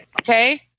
Okay